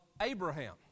Abraham